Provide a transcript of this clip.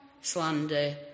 slander